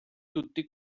tutti